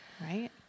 right